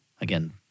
Again